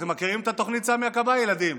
אתם מכירים את התוכנית סמי הכבאי, ילדים?